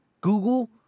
Google